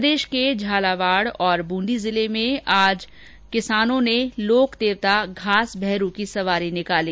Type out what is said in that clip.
प्रदेश के झालावाड़ और ब्रंदी जिले में किसानों ने लोक देवता घासभैरूजी की सवारी निकाली